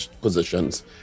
positions